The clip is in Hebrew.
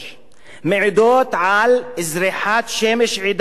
מעידים על זריחת שמש של עידן חדש